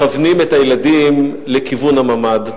מכוונים את הילדים לכיוון הממ"ד.